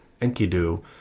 Enkidu